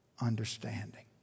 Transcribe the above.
understanding